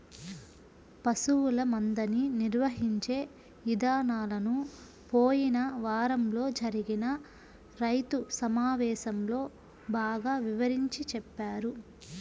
పశువుల మందని నిర్వహించే ఇదానాలను పోయిన వారంలో జరిగిన రైతు సమావేశంలో బాగా వివరించి చెప్పారు